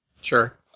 Sure